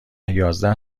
یازده